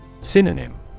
Synonym